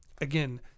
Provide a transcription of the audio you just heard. Again